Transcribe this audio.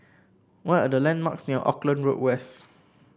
what are the landmarks near Auckland Road West